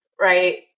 right